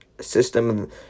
system